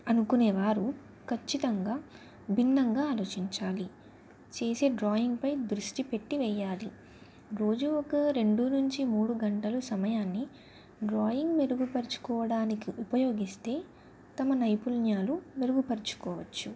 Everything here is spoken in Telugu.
అనుకునేవారు ఖచ్చితంగా భిన్నంగా ఆలోచించాలి చేసే డ్రాయింగ్ పై దృష్టి పెట్టి వెేయాలి రోజు ఒక రెండు నుంచి మూడు గంటలు సమయాన్ని డ్రాయింగ్ మెరుగుపరుచుకోవడానికి ఉపయోగిస్తే తమ నైపుణ్యాలు మెరుగుపరుచుకోవచ్చు